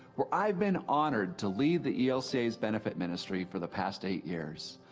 where i've been honored to lead the elca's benefit ministry for the past eight years.